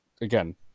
again